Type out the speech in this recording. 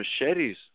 machetes